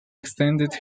extended